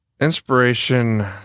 Inspiration